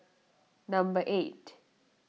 number eight